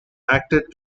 acted